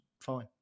fine